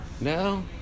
No